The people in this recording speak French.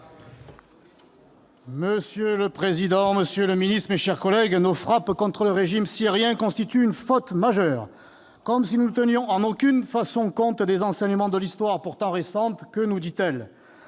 Monsieur le président, monsieur le ministre, mes chers collègues, nos frappes contre le régime syrien constituent une faute majeure, comme si nous ne tenions en aucune façon compte des enseignements de l'histoire pourtant récente. Que nous dit-elle ?